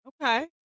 okay